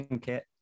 kit